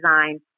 design